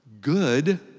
Good